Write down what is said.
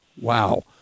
wow